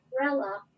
umbrella